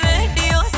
Radio